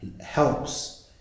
helps